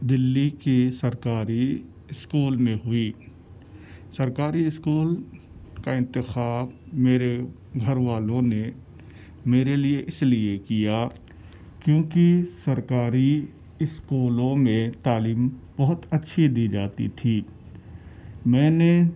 دلی کی سرکاری اسکول میں ہوئی سرکاری اسکول کا انتخاب میرے گھر والوں نے میرے لیے اس لیے کیا کیونکہ سرکاری اسکولوں میں تعلیم بہت اچھی دی جاتی تھی میں نے